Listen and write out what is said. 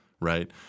right